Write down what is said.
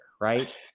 right